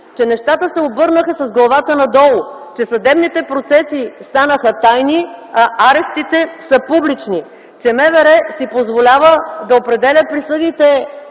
Че нещата се обърнаха с главата надолу, че съдебните процеси станаха тайни, а арестите са публични, че МВР си позволява да определя присъдите